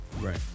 Right